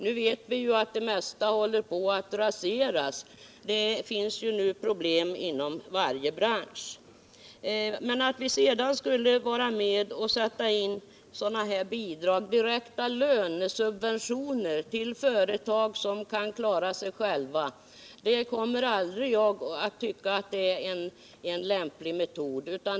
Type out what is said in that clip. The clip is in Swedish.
Nu vet vi ju att det mesta av detta håller på att raseras — nu finns det problem inom varje bransch! Men att vi sedan skulle vilja vara med om att sätta in bidrag i form av direkta lönesubventioner till företag som kan klara sig själva är en annan sak. Jag kommer aldrig att tycka att det är en lämplig metod.